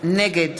נגד